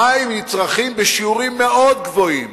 המים נצרכים בשיעורים גבוהים